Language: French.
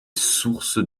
sources